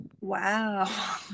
wow